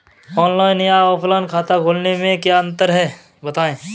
Online या offline खाता खोलने में क्या अंतर है बताएँ?